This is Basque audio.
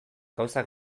gauzak